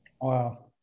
Wow